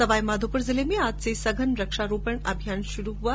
सवाईमाधोपुर जिले में आज से सघन वृक्षारोपण अभियान शुरू हुआ